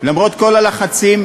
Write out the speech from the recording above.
למרות כל הלחצים,